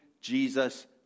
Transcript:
Jesus